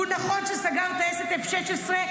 נכון שהוא סגר טייסת F-16,